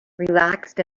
relaxed